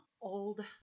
Old